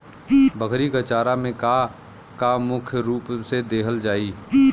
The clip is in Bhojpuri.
बकरी क चारा में का का मुख्य रूप से देहल जाई?